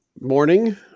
morning